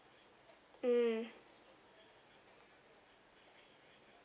mm